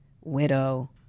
widow